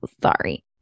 sorry